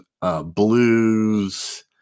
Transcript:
blues